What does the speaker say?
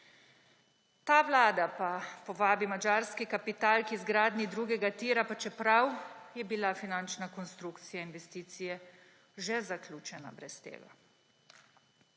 Ta vlada pa povabi madžarski kapital k izgradnji drugega tira, pa čeprav je bila finančna konstrukcija investicije že zaključena brez tega.